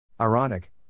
Ironic